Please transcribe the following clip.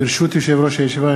ברשות יושב-ראש הישיבה,